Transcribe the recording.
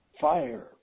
fire